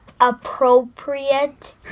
appropriate